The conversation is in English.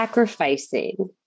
Sacrificing